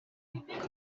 mutungo